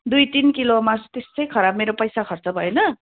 दुई तिन किलो मासु त्यसै खराब मेरो पैसा खर्च भएन